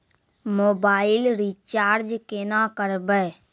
Mobile recharge केना करबै?